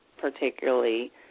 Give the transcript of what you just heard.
particularly